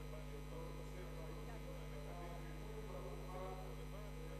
כי הוא לא הצליח,